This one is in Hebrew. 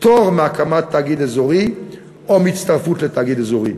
פטור מהקמת תאגיד אזורי או מהצטרפות לתאגיד אזורי.